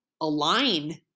align